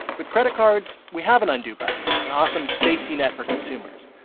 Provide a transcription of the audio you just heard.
with credit cards, we have an undo button an awesome safety net for consumers.